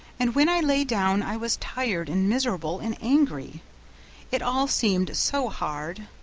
and when i lay down i was tired, and miserable, and angry it all seemed so hard.